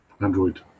Android